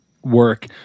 Work